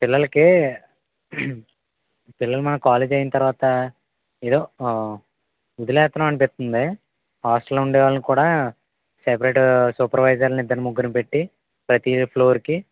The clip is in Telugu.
పిల్లలకి పిల్లలు మన కాలేజ్ అయిన తరువాత ఏదో వదిలేస్తునాం అనిపిస్తుంది హాస్టల్లో ఉండేవాళ్ళని కూడా సెపరేట్ సూపర్వైజర్లని ఇద్దరు ముగ్గురిని పెట్టి ప్రతి ఫ్లోర్కి